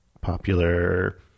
popular